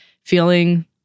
feeling